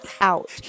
out